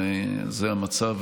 זה המצב,